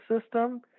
system